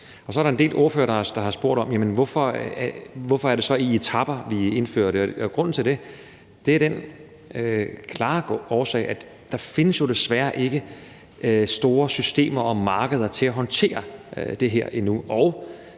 Så er der en del ordførere, der har spurgt om, hvorfor det så er noget, vi indfører i etaper. Den klare årsag er, at der desværre ikke findes store systemer og markeder til at håndtere det her endnu,